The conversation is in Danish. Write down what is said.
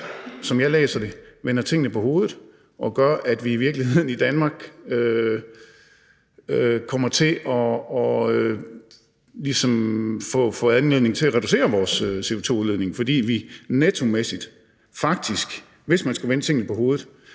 som jeg læser det, vender tingene på hovedet og gør, at vi i virkeligheden i Danmark kommer til ligesom at få anledning til at reducere vores CO2-reduktion , fordi vi nettomæssigt faktisk, hvis man skulle vende tingene på hovedet,